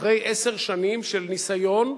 אחרי עשר שנים של ניסיון,